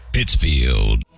Pittsfield